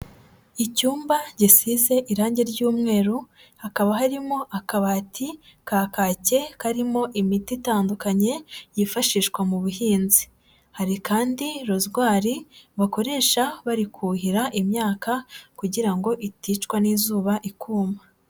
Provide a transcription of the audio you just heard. Icyumba gisize irange ry'umweru hakaba harimo akabati ka kake karimo imiti itandukanye yifashishwa mu buhinzi, hari kandi rozwari bakoresha bari kuhira imyaka kugira ngo iticwa n'izuba ikuma.